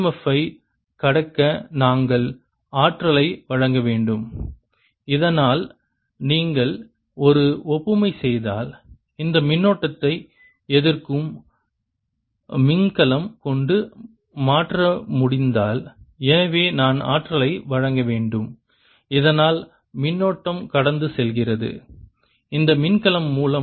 F ஐ கடக்க நாங்கள் ஆற்றலை வழங்க வேண்டும் இதனால் நீங்கள் ஒரு ஒப்புமை செய்தால் இந்த மின்னோட்டத்தை எதிர்க்கும் மின்கலம் கொண்டு மாற்ற முடிந்தால் எனவே நான் ஆற்றலை வழங்க வேண்டும் இதனால் மின்னோட்டம் கடந்து செல்கிறது இந்த மின்கலம் மூலம்